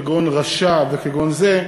"רשע" וכגון זה.